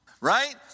Right